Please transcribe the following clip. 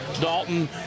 Dalton